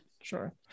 Sure